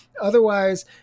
Otherwise